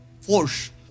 force